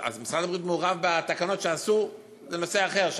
אז משרד הבריאות מעורב בתקנות שעשו בנושא אחר,